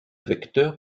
vecteur